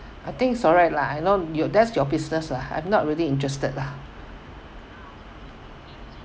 I think it's alright lah you know you that's your business lah I'm not really interested lah